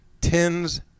tens